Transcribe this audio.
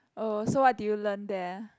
oh so what did you learn there